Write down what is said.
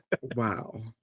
Wow